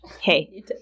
Hey